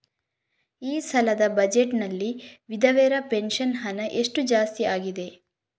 ಈ ಸಲದ ಬಜೆಟ್ ನಲ್ಲಿ ವಿಧವೆರ ಪೆನ್ಷನ್ ಹಣ ಎಷ್ಟು ಜಾಸ್ತಿ ಆಗಿದೆ?